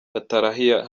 gatarayiha